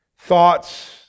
Thoughts